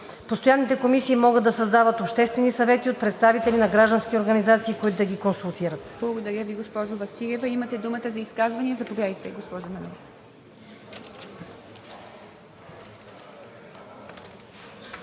Постоянните комисии могат да създават обществени съвети от представители на граждански организации, които да ги консултират.“ ПРЕДСЕДАТЕЛ ИВА МИТЕВА: Благодаря Ви, госпожо Василева. Имате думата за изказвания. Заповядайте, госпожо Манолова.